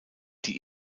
die